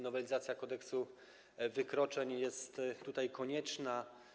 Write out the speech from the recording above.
Nowelizacja Kodeksu wykroczeń jest tutaj konieczna.